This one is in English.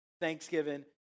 Thanksgiving